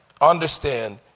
understand